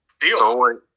Deal